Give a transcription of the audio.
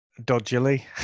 Dodgily